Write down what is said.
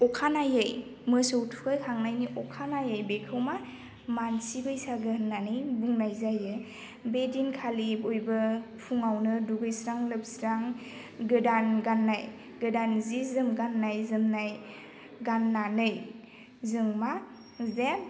अखानायै मोसौ थुखैखांनायनि अखानायै बेखौ मा मानसि बैसागो होननानै बुंनाय जायो बे दिनखालि बयबो फुङावनो दुगैस्रां लोबस्रां गोदान गाननाय गोदान जि जोम गाननाय जोमनाय गाननानै जों मा जे